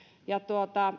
ja